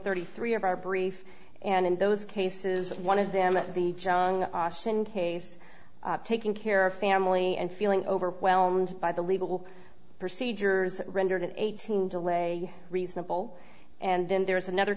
thirty three of our brief and in those cases one of them at the junk osten case taking care of family and feeling overwhelmed by the legal procedures rendered eighteen delay reasonable and then there is another